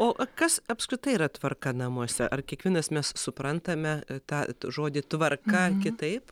o kas apskritai yra tvarka namuose ar kiekvienas mes suprantame tą žodį tvarka kitaip